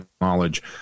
knowledge